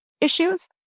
issues